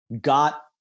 got